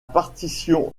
partition